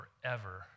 forever